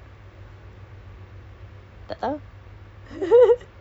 we have to have right I mean we have to have the engagement services